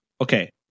Okay